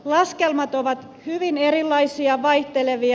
laskelmat ovat hyvin erilaisia vaihtelevia